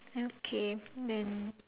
okay then